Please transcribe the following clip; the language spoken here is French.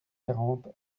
quarante